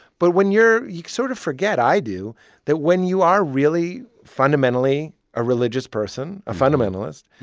but when you're you sort of forget i do that when you are really fundamentally a religious person, a fundamentalist,